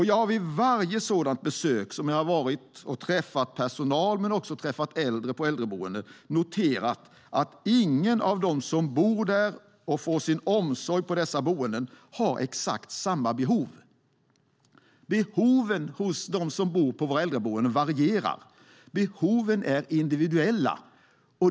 Jag har vid varje sådant besök, då jag har träffat personal och äldre på äldreboenden, noterat att ingen av dem som bor och får sin omsorg på dessa boenden har exakt samma behov. Behoven hos dem som bor på våra äldreboenden varierar. Behoven är individuella.